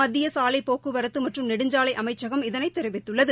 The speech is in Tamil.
மத்திய சாலைப் போக்குவரத்து மற்றும் நெடுஞ்சாலை அமைச்சகம் இதனை தெரிவித்துள்ளது